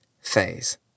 phase